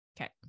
Okay